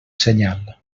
senyal